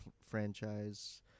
franchise